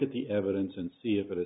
at the evidence and see if